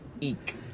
Eek